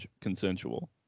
consensual